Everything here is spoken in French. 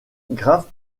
graves